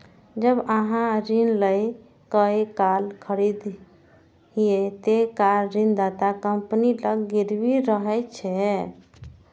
जब अहां ऋण लए कए कार खरीदै छियै, ते कार ऋणदाता कंपनी लग गिरवी रहै छै